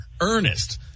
Ernest